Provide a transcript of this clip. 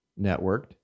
networked